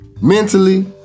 mentally